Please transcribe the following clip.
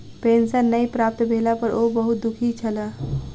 pension नै प्राप्त भेला पर ओ बहुत दुःखी छला